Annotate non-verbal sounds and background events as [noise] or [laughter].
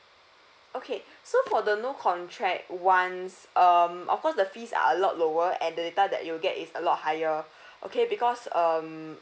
okay [breath] so for the no contract ones um of course the fees are a lot lower and the data that you'll get is a lot higher [breath] okay because um